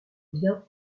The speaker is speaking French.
bien